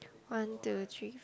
one two three